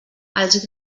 els